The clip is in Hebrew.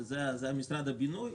שזה משרד הבינוי,